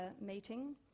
meeting